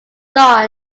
john